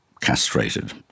castrated